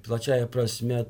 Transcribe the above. plačiąja prasme